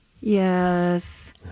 yes